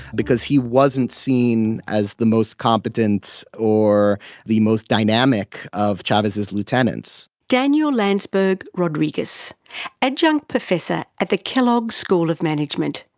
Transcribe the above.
because he wasn't seen as the most competent or the most dynamic of chavez's lieutenants. daniel lansberg-rodriguez adjunct professor at the kellogg school of management,